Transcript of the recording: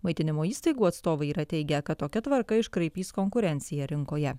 maitinimo įstaigų atstovai yra teigę kad tokia tvarka iškraipys konkurenciją rinkoje